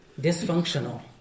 dysfunctional